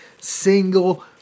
single